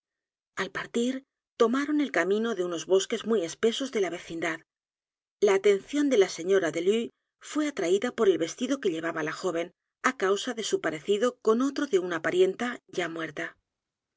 al partir tomaron el camino de unos bosques muy espesos de la vecindad la atención de la señora delue fué atraída por el vestido que llevaba la joven á causa de su parecido con otro de una parienta ya muerta